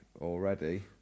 already